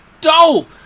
dope